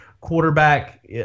quarterback